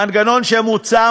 המנגנון המוצע,